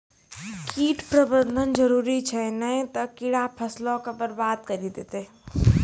कीट प्रबंधन जरुरी छै नै त कीड़ा फसलो के बरबाद करि देतै